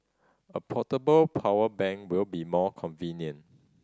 a portable power bank will be more convenient